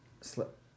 slip